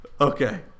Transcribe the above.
Okay